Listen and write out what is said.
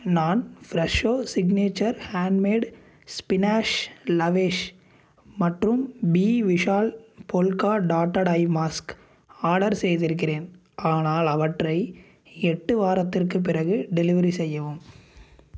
நான் Fresho signature handmade spinach lavash மற்றும் P Vishal polka dotted eye mask order செய்திருக்கிறேன் ஆனால் அவற்றை எட்டு வாரத்திற்குப் பிறகு டெலிவரி செய்யவும்